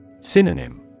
Synonym